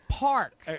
park